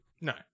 No